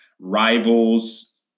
Rivals